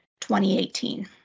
2018